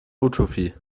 utopie